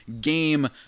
game